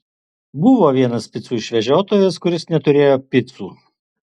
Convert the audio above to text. buvo vienas picų išvežiotojas kuris neturėjo picų